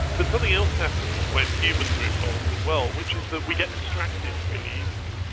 but something else happens when humans are involved as well, which is that we get distracted really easily.